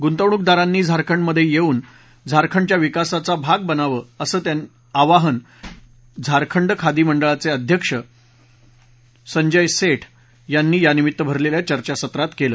गुंतवणुकदारांनी झारखंडमध्ये येऊन झारखंडच्या विकासाचा भाग बनावं त्यांना असं आवाहन झारखंड खादी मंडळाचे अध्यक्ष संजय सेठ यांनी यानिमित्त भरलेल्या चर्चासत्रात केलं